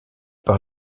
par